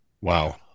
Wow